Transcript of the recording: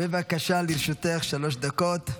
בבקשה, לרשותך שלוש דקות.